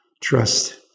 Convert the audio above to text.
trust